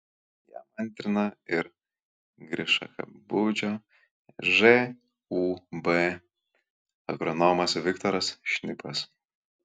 jam antrina ir griškabūdžio žūb agronomas viktoras šnipas